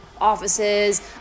offices